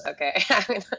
okay